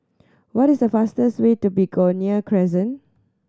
what is the fastest way to Begonia Crescent